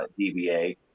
DBA